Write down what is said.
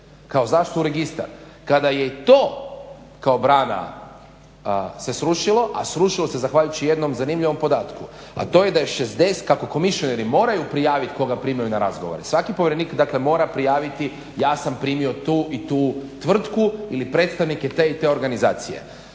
kao zašto u registar? Kada je i to kao brana se srušilo, a srušilo se zahvaljujući jednom zanimljivom podatku, a to je da je kako komisionari moraju prijaviti koga primaju na razgovore, svaki povjerenik dakle mora prijaviti ja sam primio tu i tu tvrtku ili predstavnike te i te organizacije.